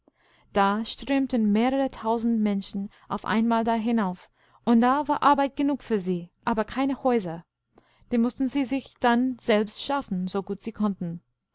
da strömten mehrere tausend menschen auf einmal da hinauf und da war arbeit genug für sie aber keine häuser die mußten sie sich dann selbst schaffen sogutsiekonnten